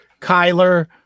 Kyler